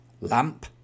Lamp